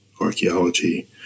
archaeology